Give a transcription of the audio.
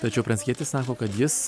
tačiau pranckietis sako kad jis